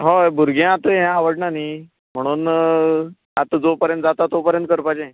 हय भुरग्यांक आतां हें आवडना न्ही म्हणोन आतां जो पर्यंत जाता तो पर्यंत करपाचें